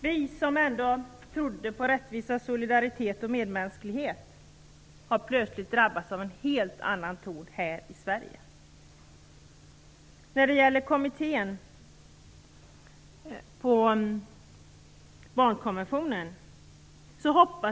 Vi som ändå trodde på rättvisa, solidaritet och medmänsklighet har plötsligt drabbats av en helt annan ton här i Sverige. En kommitté skall se över barnkonventionen.